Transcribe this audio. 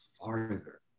farther